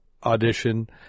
audition